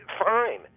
fine